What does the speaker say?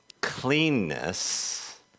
Cleanness